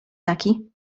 taki